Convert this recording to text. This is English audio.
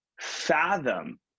fathom